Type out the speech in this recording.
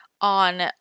on